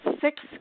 six